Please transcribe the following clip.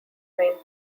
main